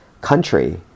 country